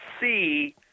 see